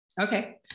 Okay